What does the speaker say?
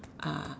ah